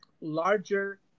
larger